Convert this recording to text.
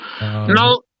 no